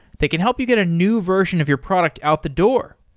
they can help you get a new version of your product out the door.